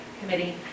committee